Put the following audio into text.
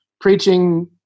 preaching